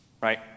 right